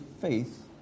faith